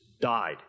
died